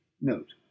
Note